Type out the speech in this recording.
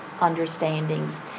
understandings